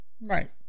Right